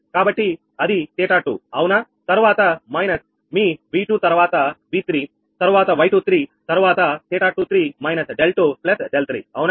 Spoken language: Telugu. కాబట్టి అది 𝜃2 అవునా తర్వాత మైనస్ 𝑉2 తరువాత 𝑉3 తరువాత 𝑌23 తరువాత 𝜃23 − 𝛿2 𝛿3 అవునా